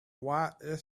white